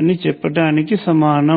అని చెప్పటానికి సమానం